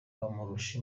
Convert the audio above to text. bamurusha